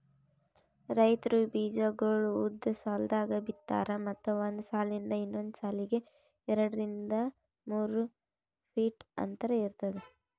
ರೈತ್ರು ಬೀಜಾಗೋಳ್ ಉದ್ದ್ ಸಾಲ್ದಾಗ್ ಬಿತ್ತಾರ್ ಮತ್ತ್ ಒಂದ್ ಸಾಲಿಂದ್ ಇನ್ನೊಂದ್ ಸಾಲಿಗ್ ಎರಡರಿಂದ್ ಮೂರ್ ಫೀಟ್ ಅಂತರ್ ಇರ್ತದ